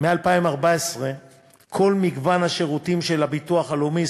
מ-2014 כל מגוון השירותים של הביטוח הלאומי,